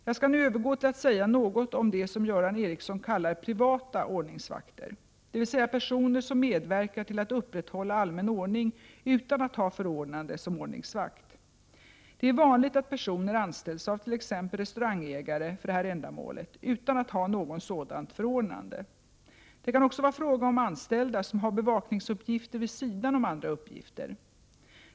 Jag skall nu övergå till att säga något om det som Göran Ericsson kallar privata ordningsvakter, dvs. personer som medverkar till att upprätthålla allmän ordning utan att ha förordnande som ordningsvakt. Det är vanligt att personer anställs av t.ex. restaurangägare för detta ändamål utan att ha något sådant förordnande. Det kan också vara fråga om anställda som har bevakningsuppgifter vid sidan om andra uppgifter.